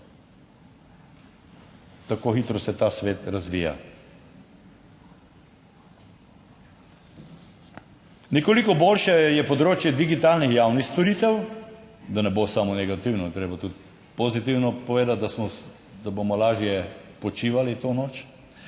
Tako hitro se ta svet razvija. Nekoliko boljše je področje digitalnih javnih storitev, da ne bo samo negativno, je treba tudi pozitivno povedati, da smo, da bomo lažje počivali to noč,